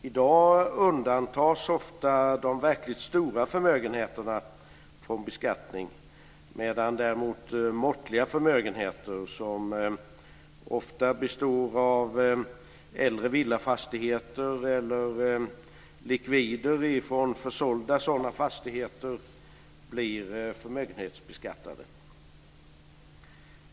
I dag undantas ofta de verkligt stora förmögenheterna från beskattning, medan däremot måttliga förmögenheter, som ofta består av äldre villafastigheter eller likvider från försålda sådana fastigheter, blir förmögenhetsbeskattade.